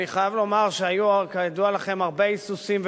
אני חייב לומר שהיו, כידוע לכם, הרבה היסוסים.